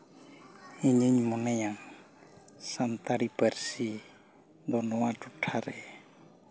ᱤᱧᱤᱧ ᱢᱚᱱᱭᱟ ᱥᱟᱱᱛᱟᱲᱤ ᱯᱟᱹᱨᱥᱤ ᱫᱚ ᱱᱚᱣᱟ ᱴᱚᱴᱷᱟ ᱨᱮ